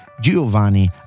Giovanni